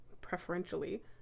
preferentially